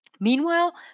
Meanwhile